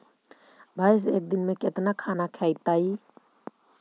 भैंस एक दिन में केतना खाना खैतई?